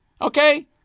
okay